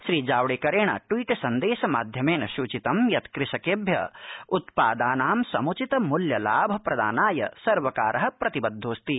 श्रीजावड़ेकरेण tweet सन्देश माध्यमेन सूचितम् यत् कृषकेभ्यः उत्पादानां सम्चित मूल्यलाभ प्रदानाय सर्वकारः प्रतिबद्धोऽस्ति